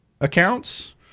accounts